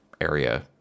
area